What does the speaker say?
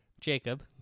Jacob